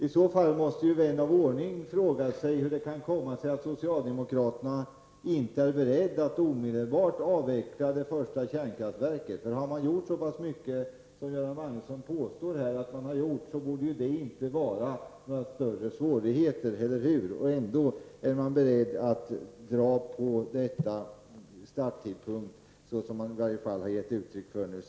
I så fall måste vän av ordning fråga sig hur det kan komma sig att socialdemokraterna inte är beredda att omedelbart avveckla det första kärnkraftverket. Har man gjort så pass mycket som Göran Magnusson påstår att man gjort borde ju det inte vara några större svårigheter, eller hur? Ändå är regeringen beredd att dra på beslutet om startidpunkt. Det har man i varje fall gett uttryck för senast.